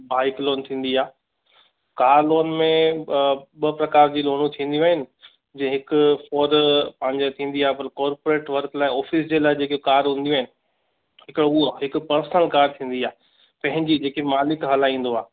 bike loan थींदी आहे car loan में ॿ प्रकार जी लोनूं थींदियूं आहिनि जीअं हिकु फॉर द पंहिंजी थींदी आहे कॉर्पोरेट वर्क लाइ ऑफ़िस जे लाइ जेकी कार हुंदियू आहिनि हिकिड़ो उहा हिकु पर्सनल कार थींदी आहे पंंहिंजी जेकी मालिक हलाईंदो आहे